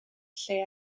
lle